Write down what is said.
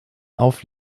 auf